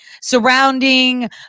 surrounding